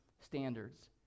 standards